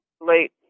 late